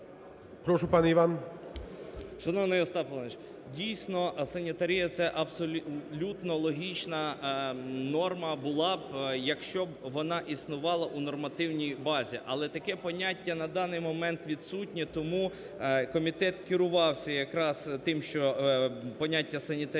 РИБАК І.П. Шановний Остап Володимирович, дійсно, санітарія це абсолютно логічна норма була б, якщо б вона існувала у нормативній базі. Але таке поняття на даний момент відсутнє, тому комітет керувався якраз тим, що поняття "санітарія"